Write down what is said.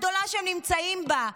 הגדולה שהם נמצאים בה,